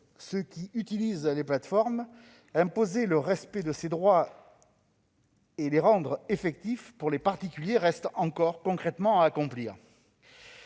ceux qui utilisent les plateformes, imposer le respect de ces droits et les rendre effectifs pour les particuliers reste encore concrètement à accomplir.